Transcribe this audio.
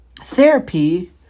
therapy